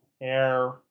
hair